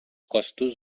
costos